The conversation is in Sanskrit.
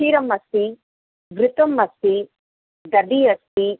क्षीरम् अस्ति घृतम् अस्ति दधि अस्ति